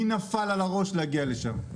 מי נפל על הראש כדי ללכת דווקא לשם?